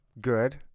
good